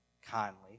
Kindly